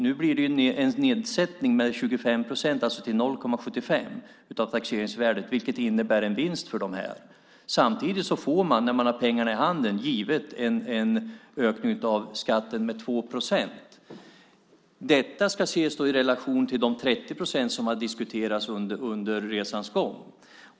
Nu blir det en nedsättning med 25 procent, till 0,75 procent av taxeringsvärdet, vilket innebär en vinst för dem. Samtidigt får man när man har pengarna i handen en ökning av skatten med 2 procent. Detta ska ses i relation till de 30 procent som har diskuterats under resans gång.